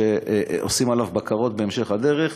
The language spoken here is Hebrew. עושים עליו בקרות בהמשך הדרך,